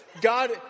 God